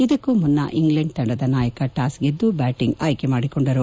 ಇದಕ್ಕೂ ಮುನ್ನ ಇಂಗ್ಲೆಂಡ್ ತಂಡದ ನಾಯಕ ಟಾಸ್ ಗೆದ್ದು ಬ್ದಾಟಿಂಗ್ ಆಯ್ಕೆ ಮಾಡಿಕೊಂಡರು